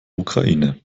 ukraine